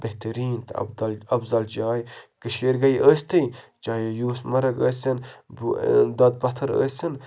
بہتریٖن تہٕ ابدَل اَفضل جاے کٔشیٖرِ گٔے ٲستھٕے چاہے یوٗس مرٕگ ٲسِن دۄدٕ پَتھٕر ٲسِن